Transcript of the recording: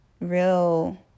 real